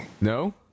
no